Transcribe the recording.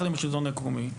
יחד עם השלטון המקומי,